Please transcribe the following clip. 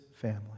family